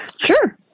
Sure